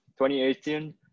2018